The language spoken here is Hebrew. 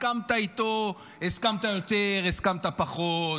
הסכמת איתו, הסכמת יותר, הסכמת פחות,